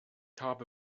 habe